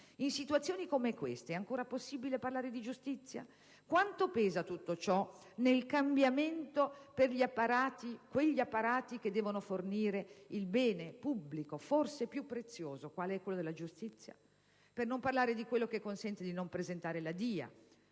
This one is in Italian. In situazioni come queste, è ancora possibile parlare di giustizia? Quanto pesa tutto ciò nel cambiamento degli apparati che devono fornire forse il bene pubblico più prezioso, quale è quello della giustizia? Per non parlare della disposizione che consente di non presentare la DIA